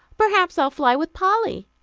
perhaps i'll fly with polly.